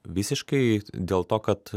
visiškai dėl to kad